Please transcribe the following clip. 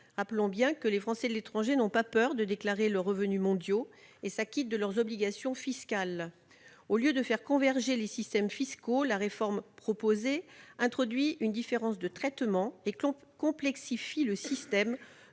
Rappelons que les Français de l'étranger n'ont pas peur de déclarer leurs revenus mondiaux et qu'ils s'acquittent de leurs obligations fiscales. Au lieu de faire converger les systèmes fiscaux, la réforme proposée introduit une différence de traitement et complexifie un